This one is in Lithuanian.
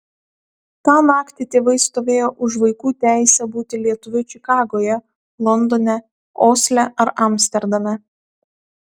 tą naktį tėvai stovėjo už vaikų teisę būti lietuviu čikagoje londone osle ar amsterdame